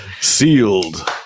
Sealed